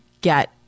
get